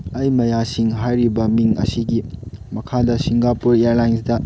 ꯑꯩ ꯃꯌꯥꯁꯤꯡ ꯍꯥꯏꯔꯤꯕ ꯃꯤꯡ ꯑꯁꯤꯒꯤ ꯃꯈꯥꯗ ꯁꯤꯡꯒꯥꯄꯨꯔ ꯏꯌꯥꯔꯂꯥꯏꯟꯁꯇ